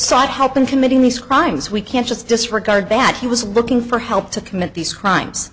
sought help in committing these crimes we can't just disregard that he was looking for help to commit these crimes